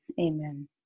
amen